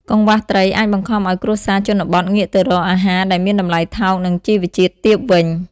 កង្វះត្រី អាចបង្ខំឱ្យគ្រួសារជនបទងាកទៅរកអាហារដែលមានតម្លៃថោក និងជីវជាតិទាបវិញ។